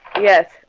Yes